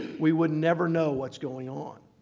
we would never know what's going on.